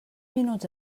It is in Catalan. minuts